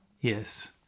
Yes